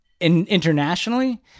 Internationally